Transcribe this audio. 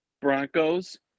Broncos